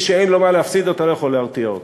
מי שאין לו מה להפסיד, אתה לא יכול להרתיע אותו.